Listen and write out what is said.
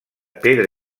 pedra